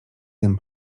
tym